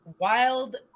wild